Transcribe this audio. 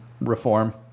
reform